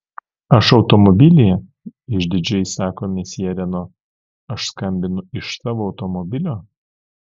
aš automobilyje išdidžiai sako mesjė reno aš skambinu iš savo automobilio